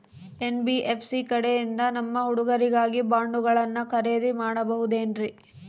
NBFC ಕಡೆಯಿಂದ ನಮ್ಮ ಹುಡುಗರಿಗಾಗಿ ಬಾಂಡುಗಳನ್ನ ಖರೇದಿ ಮಾಡಬಹುದೇನ್ರಿ?